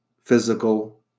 physical